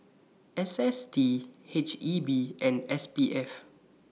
S S T H E B and S P F